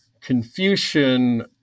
Confucian